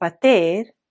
Pater